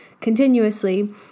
continuously